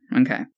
Okay